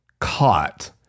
caught